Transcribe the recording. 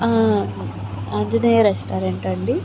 ఆంజనేయ రెస్టారెంటా అండి